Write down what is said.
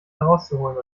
herauszuholen